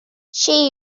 she